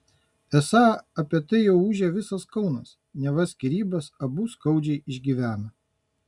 esą apie tai jau ūžia visas kaunas neva skyrybas abu skaudžiai išgyvena